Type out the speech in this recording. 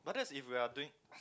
but that's if we're doing